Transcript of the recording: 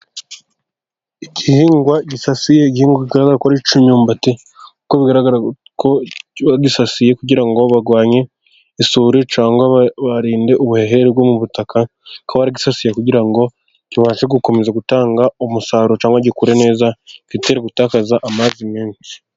Igihingwa gisasiye igihigwa bigaragara ko ari icy'imyumbati, kuko bigaragara ko bagisasiye kugira ngo barwanye isuri, cyangwa barinde ubuheherwe bwo mu butaka. Bakaba baragisasiye kugira ngo kibashe gukomeza gutanga umusaruro, cyangwa gikure neza kitari gutakaza amazi menshi.